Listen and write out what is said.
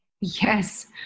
Yes